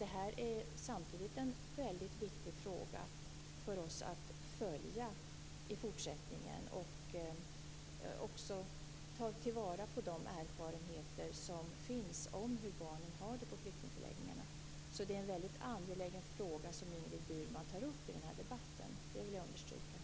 Det är samtidigt väldigt viktigt för oss att också i fortsättningen följa denna fråga och ta till vara de erfarenheter som finns om hur barnen har det på flyktingförläggningarna. Jag vill understryka att det är en väldigt angelägen fråga som Ingrid Burman tar upp i den här debatten.